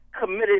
committed